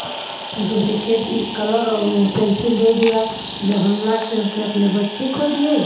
duplicate colour और pencil दे दिया जब हम ला कर के अपने बच्चे को दिए तो